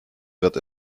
wird